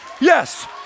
Yes